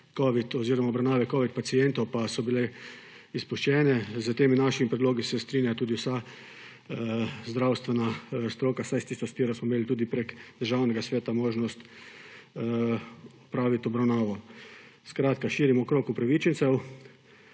oziroma obravnave covid pacientov, pa so bile izpuščene. S temi našimi predlogi se strinja tudi vsa zdravstvena stroka, vsaj tista, s katero smo imeli tudi preko Državnega sveta možnost opraviti obravnavo. Skratka, širimo krog upravičencev.